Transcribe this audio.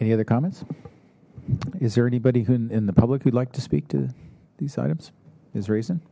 any other comments is there anybody who in the public we'd like to speak to these items is razin